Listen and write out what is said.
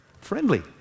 Friendly